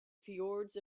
fjords